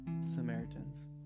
Samaritans